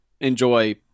enjoy